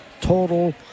total